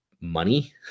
money